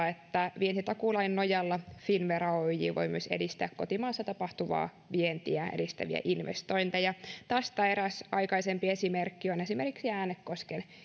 että vientitakuulain nojalla finnvera oyj voi myös edistää kotimaassa tapahtuvia vientiä edistäviä investointeja tästä eräs aikaisempi esimerkki on äänekosken